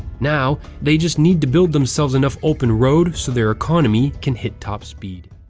now, they just need to build themselves enough open road so their economy can hit top speed.